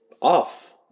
off